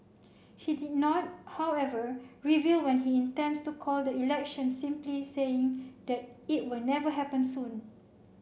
he did not however reveal when he intends to call the election simply saying that it will never happen soon